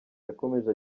yakomeje